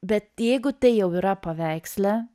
bet jeigu tai jau yra paveiksle